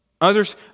Others